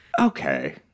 okay